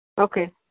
Okay